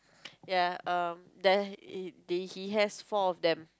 ya um there he they he has four of them